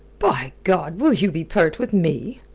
by god! will you be pert with me?